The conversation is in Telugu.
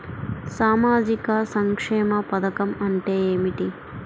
సామాజిక సంక్షేమ పథకం అంటే ఏమిటి?